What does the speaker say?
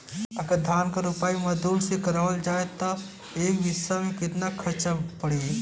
अगर धान क रोपाई मजदूर से करावल जाई त एक बिघा में कितना खर्च पड़ी?